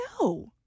No